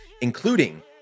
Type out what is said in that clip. including